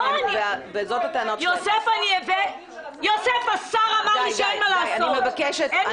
השר אמר לי שאין מה לעשות.